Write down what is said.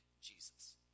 Jesus